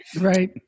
Right